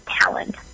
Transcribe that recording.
talent